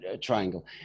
triangle